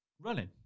running